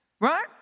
Right